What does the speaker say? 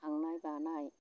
खांनाय बानाय